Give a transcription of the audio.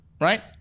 Right